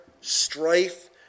strife